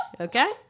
okay